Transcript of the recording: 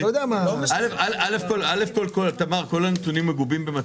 כשיהיה --- אם הוא אומר לך שיש מצגת